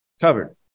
covered